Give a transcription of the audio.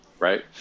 Right